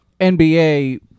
NBA